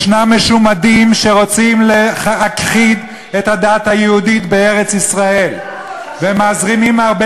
ישנם משומדים שרוצים להכחיד את הדת היהודית בארץ-ישראל ומזרימים הרבה